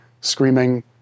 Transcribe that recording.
screaming